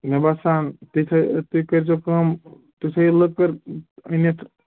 مےٚ باسان تُہۍ تھٔوِو تُہۍ کٔرۍزیٚو کٲم تُہۍ تھٔوِو لٔکٕر أنِتھ